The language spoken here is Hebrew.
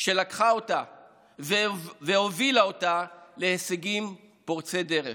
והיא לקחה אותה והובילה אותה להישגים פורצי דרך.